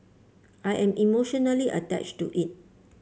I am emotionally attached to it